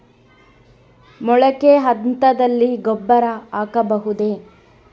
ಮೊಳಕೆ ಹಂತದಲ್ಲಿ ಗೊಬ್ಬರ ಹಾಕಬಹುದೇ?